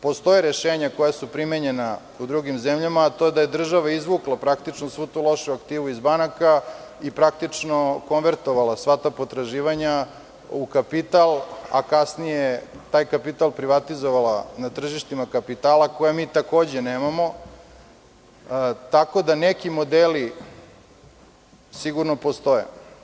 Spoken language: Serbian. Postoje rešenja koja su primenjena u drugim zemljama, a to je da je država izvukla praktično svu tu lošu aktivnost iz banaka i praktično konvertovala sva ta potraživanja u kapital, a kasnije taj kapital privatizovala na tržištima kapitala, koja mi takođe nemamo, tako da neki modeli sigurno postoje.